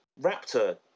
raptor